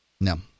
No